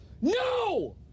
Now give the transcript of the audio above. No